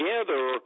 together